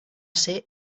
ser